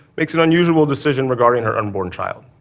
makes an unusual decision regarding her unborn child.